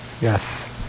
Yes